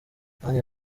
nanjye